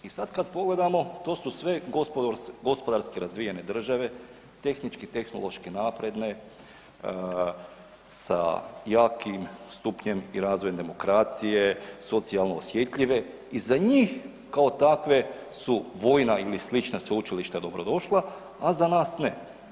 I sad kad pogledamo, to su sve gospodarski razvijene države, tehnički i tehnološki napredne sa jakim stupnjem i razvojem demokracije, socijalno osjetljive i za njih kao takve su vojna ili slična sveučilišta dobrodošla, a za nas ne.